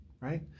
right